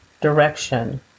direction